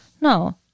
No